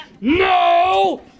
NO